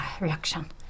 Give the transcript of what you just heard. reaction